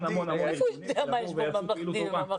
המון ארגונים שיבואו ויעשו פעילות טובה.